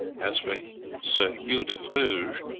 as for sir hugh de fruges,